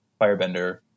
firebender